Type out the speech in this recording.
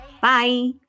Bye